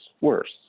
worse